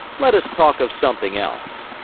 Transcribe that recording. let us talk of something else.